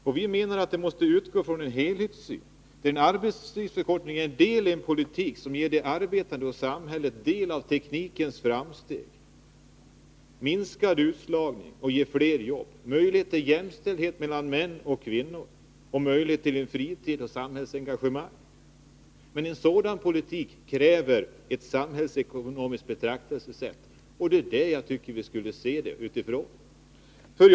”Vpk:s krav på sex timmars arbetsdag utgår från en helhetssyn, där en arbetstidsförkortning är en del i en politik som ger de arbetande och samhället del av teknikens framsteg ———, minskad utslagning och fler jobb, möjligheter till jämställdhet mellan kvinnor och män, möjligheter till fritid och samhällsengagemang. En sådan politik kräver naturligtvis ett samhällsekonomiskt betraktelsesätt.” Det är utifrån detta som jag tycker att vi skall se på denna fråga.